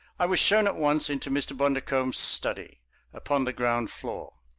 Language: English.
i was shown at once into mr. bundercombe's study upon the ground floor.